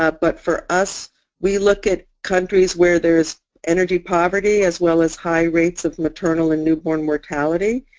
ah but for us we look at countries where there's energy poverty as well as high rates of maternal and newborn mortality.